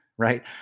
Right